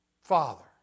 Father